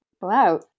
Wow